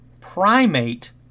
primate